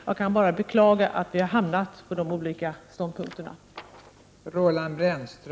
Jag kan bara beklaga att vi har kommit till så olika ståndpunkter.